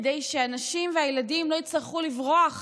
כדי שהנשים והילדים לא יצטרכו לברוח